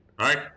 Right